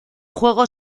juego